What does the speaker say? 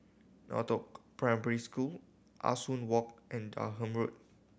Northoaks Primary School Ah Soo Walk and Durham Road